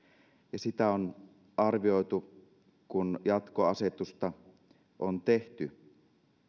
ja sitä on arvioitu kun jatkoasetusta on tehty